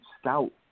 scout